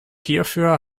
hierfür